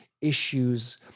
issues